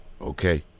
okay